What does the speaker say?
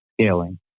scaling